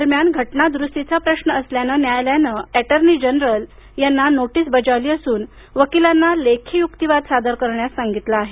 दरम्यान घटना दुरुस्तीचा प्रश्न असल्यानं न्यायालयानं एटर्नी जनरल यांना नोटीस बजावली असून वकिलांना लेखी युक्तिवाद सादर करण्यास सांगितलं आहे